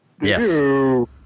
Yes